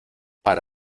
para